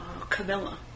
Camilla